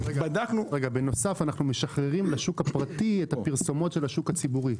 בנוסף אנחנו משחררים לשוק הפרטי את הפרסומות של השוק הציבורי.